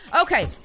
Okay